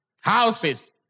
Houses